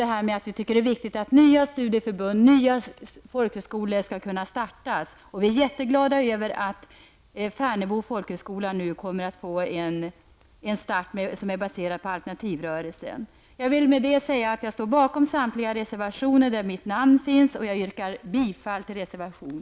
Vi tycker också att det är viktigt att nya studieförbund och nya folkhögskolor skall kunna starta Vi är mycket glada för att Färnebo folkhögskola nu kommer att kunna starta som Jag står bakom samtliga reservationer där mitt namn finns med, och jag yrkar bifall till reservation